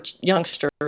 youngsters